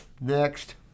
next